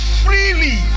freely